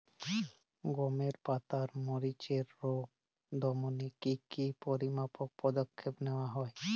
গমের পাতার মরিচের রোগ দমনে কি কি পরিমাপক পদক্ষেপ নেওয়া হয়?